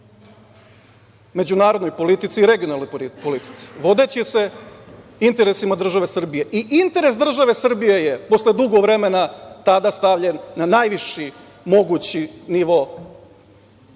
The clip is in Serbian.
međunarodnoj politici, regionalnoj politici, vodeći se interesima države Srbije i interes države Srbije je posle dugo vremena tada stavljen na najviši mogući nivo